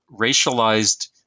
racialized